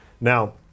Now